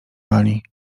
pani